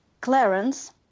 clarence